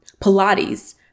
Pilates